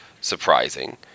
surprising